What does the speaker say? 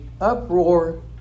uproar